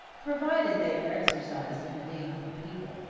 provided they are exercised in the name of the people